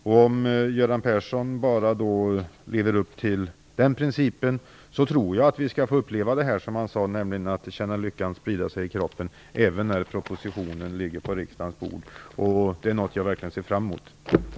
Om Göran Persson bara lever upp till den principen tror jag att vi kommer att få uppleva att lyckan sprider sig i kroppen när propositionen läggs på riksdagens bord, och det är något jag verkligen ser fram emot.